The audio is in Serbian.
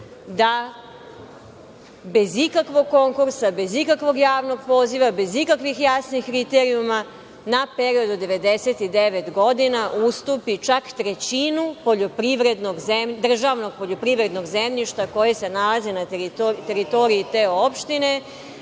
da bez ikakvog konkursa, bez ikakvog javnog poziva, bez ikakvih jasnih kriterijuma na period od 99 godina, ustupi čak trećinu državnog poljoprivrednog zemljišta, koje se nalazi na teritoriji te opštine,